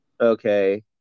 Okay